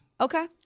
Okay